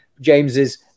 James's